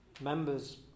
members